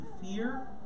fear